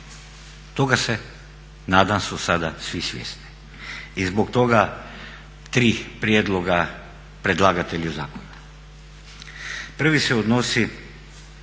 Toga se nadam su sada svi svjesni. I zbog toga tri prijedloga predlagatelju zakona. Prvi se odnosi